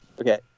Okay